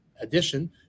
edition